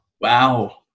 Wow